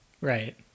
right